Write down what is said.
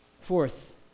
Fourth